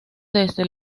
desde